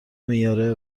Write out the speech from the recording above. میاره